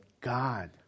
God